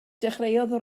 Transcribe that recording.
dechreuodd